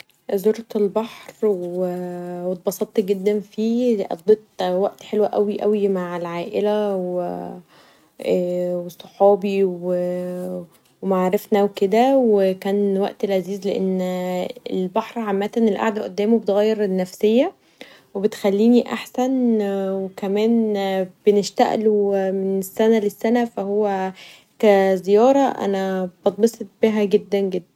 زورت البحر و اتبسط جدا فيه ، قضيت وقت حلو اوي اوي مع العائله و صحابي و معارفنا و كدا و كان وقت لذيذ. لان البحر عمتا القاعده قدامه بتغير النفسيه و بتخليني احسن وكمان بنشتقله من السنه للسنه فهو كزياره أنا بتبسط بيها جدا جدا